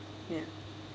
ya